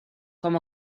com